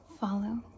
follow